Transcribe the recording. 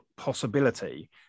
Possibility